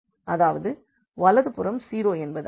அதாவது வலதுபுறம் 0 என்பதாகும்